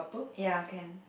ya can